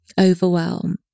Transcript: overwhelm